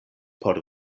por